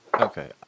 Okay